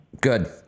Good